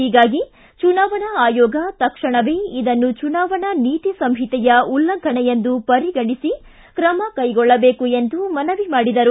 ಹೀಗಾಗಿ ಚುನಾವಣಾ ಆಯೋಗ ತಕ್ಷಣವೇ ಇದನ್ನು ಚುನಾವಣಾ ನೀತಿ ಸಂಹಿತೆಯ ಉಲ್ಲಂಘನೆ ಎಂದು ಪರಿಗಣಿಸಿ ಕ್ರಮ ಕೈಗೊಳ್ಳಬೇಕು ಎಂದು ಮನವಿ ಮಾಡಿದರು